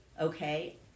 okay